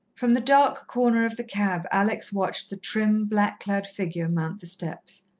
from the dark corner of the cab alex watched the trim, black-clad figure mount the steps.